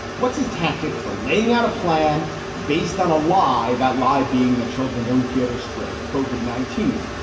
what's his tactic for laying out a plan based on a lie, that lie being that children don't get or spread covid nineteen?